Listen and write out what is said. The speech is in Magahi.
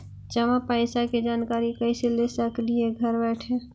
जमा पैसे के जानकारी कैसे ले सकली हे घर बैठे?